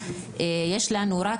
כמו שאמרו בתחילת הישיבה.